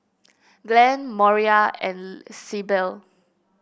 Glenn Moira and Syble